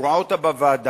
הוא ראה אותה בוועדה.